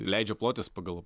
leidžia plotis pagal